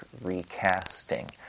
recasting